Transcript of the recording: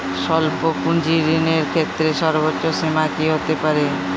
স্বল্প পুঁজির ঋণের ক্ষেত্রে সর্ব্বোচ্চ সীমা কী হতে পারে?